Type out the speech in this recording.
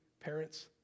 parents